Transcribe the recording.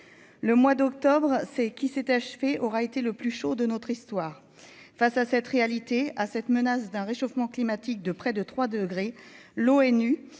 le mois d'octobre, c'est qui s'est achevée, aura été le plus chaud de notre histoire, face à cette réalité à cette menace d'un réchauffement climatique de près de 3 degrés l'ONU il y